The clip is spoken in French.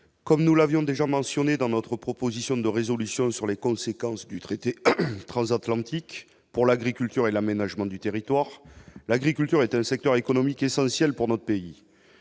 Comme nous l'avions déjà mentionné, dans notre proposition de résolution sur les conséquences du traité transatlantique pour l'agriculture et l'aménagement du territoire, l'agriculture est un secteur économique essentiel pour notre pays,